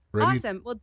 Awesome